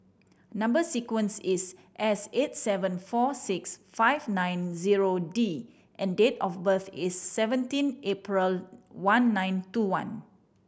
number sequence is S eight seven four six five nine zero D and date of birth is seventeen April one nine two one